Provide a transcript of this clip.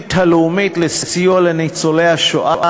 התוכנית הלאומית לסיוע לניצולי השואה